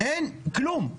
אין כלום.